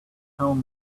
tell